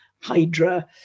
hydra